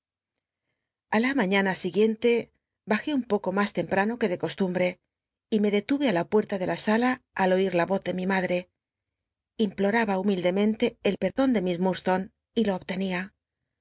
a la maiiana siguiente bajé un poco mas temprano que de costumbre y me detu e í la puerta de la sala al oir la roz de mi madre implomba humildemente el perdon de miss llurdslone y lo obtenia